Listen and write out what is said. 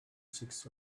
six